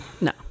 No